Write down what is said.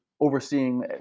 overseeing